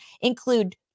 include